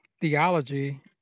theology